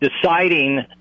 deciding